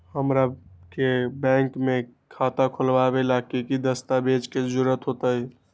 हमरा के बैंक में खाता खोलबाबे ला की की दस्तावेज के जरूरत होतई?